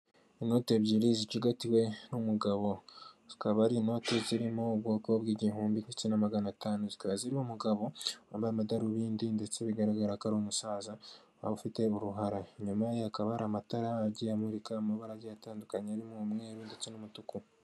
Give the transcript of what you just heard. Inoti ebyiri zicigatiwe n'umugabo zikaba ari inoti zirimo ubwoko bw'igihumbi ndetse na magana atanu, zikaba zirimo umugabo wambaye amadarubindi ndetse bigaragara ko ari umusaza waba ufite uruhara, inyuma ya hakaba hari amatara agiye amurika amabarage atandukanye arimo umweru ndetse n'umutuku.